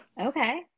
Okay